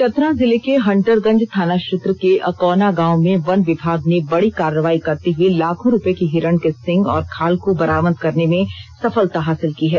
चतरा जिले के हंटरगंज थाना क्षेत्र के अकौना गांव में वन विभाग ने बड़ी कार्रवाई करते हुए लाखों रुपए के हिरण के सिंग और खाल को बरामद करने में सफलता हासिल की है